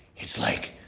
it's like.